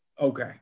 okay